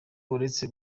uretse